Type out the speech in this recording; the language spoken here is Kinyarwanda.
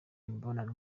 imibonano